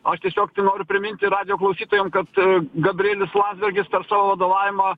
aš tiesiog tik noriu priminti radijo klausytojams kad su gabrielius landsbergis per savo vadovavimą